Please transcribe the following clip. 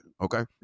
okay